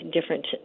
different